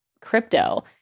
crypto